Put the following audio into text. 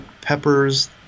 peppers